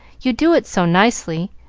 you do it so nicely,